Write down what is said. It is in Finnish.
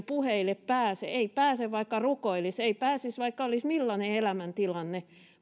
puheille pääse ei pääse vaikka rukoilisi ei pääsisi vaikka olisi millainen elämäntilanne